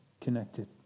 connected